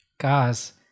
Guys